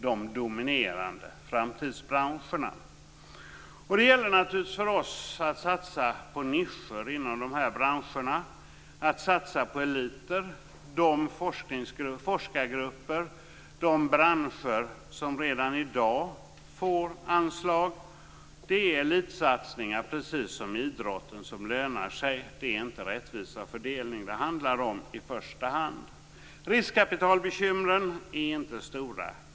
Det gäller naturligtvis för oss att satsa på nischer inom de här branscherna, på eliter, de forskargrupper och branscher som redan i dag får anslag. Det är precis som inom idrotten elitsatsningar som lönar sig. Det handlar inte i första hand om rättvisa och fördelning. Riskkapitalbekymren är inte stora.